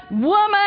woman